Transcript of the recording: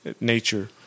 Nature